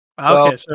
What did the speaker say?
Okay